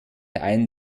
ein